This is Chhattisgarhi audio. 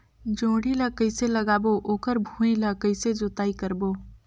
जोणी ला कइसे लगाबो ओकर भुईं ला कइसे जोताई करबो?